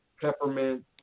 peppermint